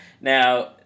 Now